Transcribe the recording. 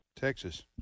Texas